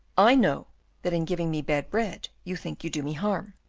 i know that in giving me bad bread you think you do me harm.